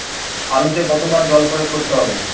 আলুতে কতো বার জল প্রয়োগ করতে হবে?